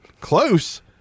Close